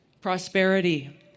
prosperity